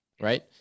right